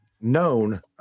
known